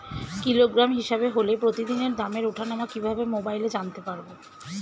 Kilogram হিসাবে হলে প্রতিদিনের দামের ওঠানামা কিভাবে মোবাইলে জানতে পারবো?